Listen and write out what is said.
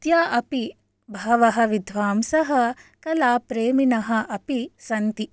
अद्य अपि बहवः विद्वांसः कलाप्रेमिनः अपि सन्ति